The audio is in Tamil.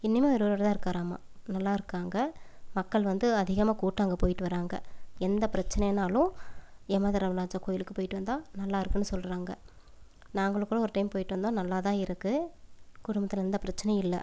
இன்னுமும் அவர் உயிரோடு தான் இருக்காராமாம் நல்லா இருக்காங்க மக்கள் வந்து அதிகமாக கூட்டம் அங்கே போய்விட்டு வர்றாங்க எந்த பிரச்சனைன்னாலும் எமதர்மராஜா கோவிலுக்கு போய்விட்டு வந்தால் நல்லா இருக்குதுன்னு சொல்கிறாங்க நாங்களும் கூட ஒரு டைம் போய்விட்டு வந்தோம் நல்லா தான் இருக்குது குடும்பத்தில் எந்த பிரச்சனையும் இல்லை